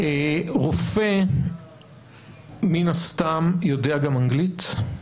רופא מן הסתם יודע גם אנגלית?